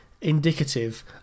indicative